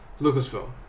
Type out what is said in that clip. Lucasfilm